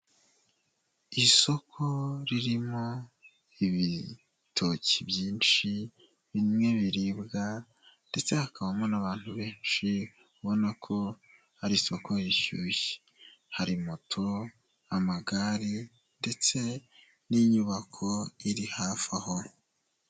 Isoko ririmo ibitoki byinshi, bimwe biribwa ndetse hakabamo n'abantu benshi ubona ko hari isoko rishyushye. Hari moto, amagare ndetse n'inyubako iri hafi aho.